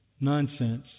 nonsense